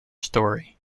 story